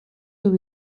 yıl